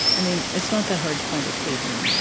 i mean, it's not that hard to find a table in